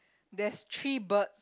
there's three birds